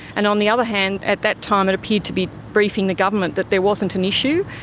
and on the other hand at that time it appeared to be briefing the government that there wasn't an issue.